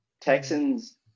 Texans